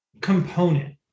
component